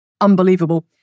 Unbelievable